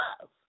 love